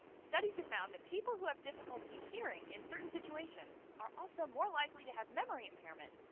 studies have found that people who have difficulty hearing in certain situations are also more likely to have memory impairment.